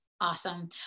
Awesome